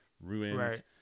ruined